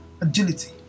agility